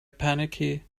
panicky